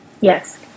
Yes